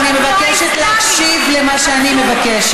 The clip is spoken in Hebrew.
אולי תשתקי ותשמעי, כי אולי פעם תביני.